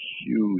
huge